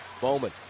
Bowman